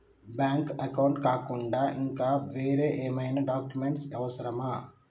Bank account కాకుండా ఇంకా వేరే ఏమైనా డాక్యుమెంట్స్ అవసరమా?